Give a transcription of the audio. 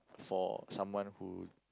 for someone who